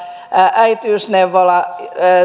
äitiysneuvola